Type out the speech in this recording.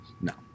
no